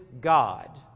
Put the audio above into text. God